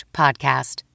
podcast